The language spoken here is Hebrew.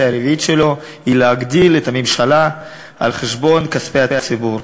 הרביעית שלו היא להגדיל את הממשלה על חשבון כספי הציבור.